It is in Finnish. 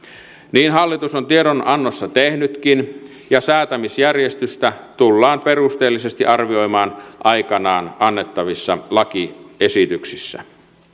niin hallitus on tiedonannossa tehnytkin ja säätämisjärjestystä tullaan perusteellisesti arvioimaan aikanaan annettavissa lakiesityksissä